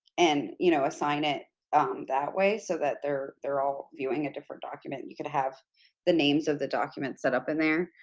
and you know assign it um that way so that they're they're all viewing a different document. you could have the names of the documents set up in there,